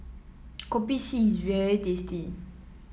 Kopi C is very tasty